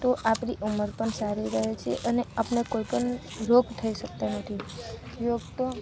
તો આપણી ઉંમર પણ સારી રહે છે અને આપણે કોઈપણ રોગ થઈ શકતો નથી યોગ તો